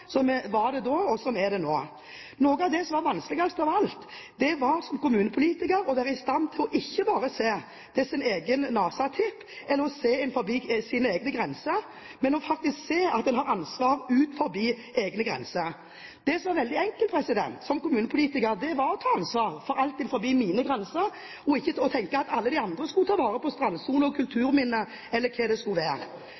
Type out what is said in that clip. som var det da, og som er det nå. Noe av det som var vanskeligst av alt, var som kommunepolitiker å være i stand til å se ikke bare til sin egen nesetipp og innenfor sine egne grenser, men faktisk å se at en har ansvar utenfor egne grenser. Det som var veldig enkelt som kommunepolitiker, var å ta ansvar for alt innenfor egne grenser – ikke tenke at alle de andre skulle ta vare på strandsonen,